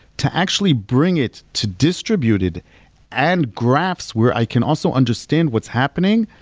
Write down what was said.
to actually bring it to distributed and graphs where i can also understand what's happening.